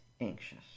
Anxious